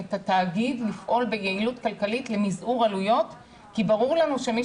את התאגיד לפעול ביעילות כלכלית למזעור עלויות כי ברור לנו שמי